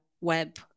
web